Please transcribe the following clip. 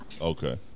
Okay